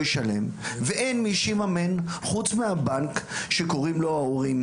מי שיממן חוץ מהבנק שקוראים לו ההורים.